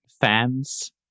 fans